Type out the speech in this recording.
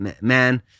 man